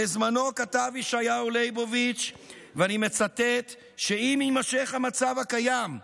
בזמנו כתב ישעיהו ליבוביץ' ואני מצטט: "אם יימשך המצב הקיים,